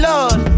Lord